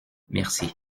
merci